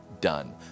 done